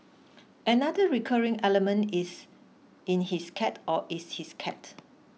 another recurring element is in his cat or is his cat